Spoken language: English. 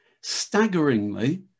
staggeringly